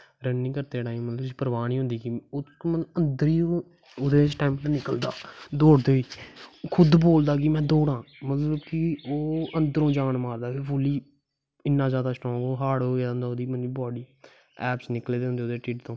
running करदे time उस्सी परवाह् निं होंदी मतलब कि अन्दर ही सटैमना निकलदा दौड़दे होई ओह् खुद बोलदा कि में दौड़ा मतलब कि ओह् अन्दरों जान मारदा कि फुल्ली इन्ना जैदा केह् ओह् स्टांर्ग होई दा होंदा हार्ड होई गेदी होंदी ओह्दी बॉड्डी ऐपस निकले दे होंदे ढिड तों